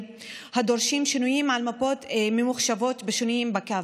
הדורשים שינויים על מפות ממוחשבות ושינויים בקו.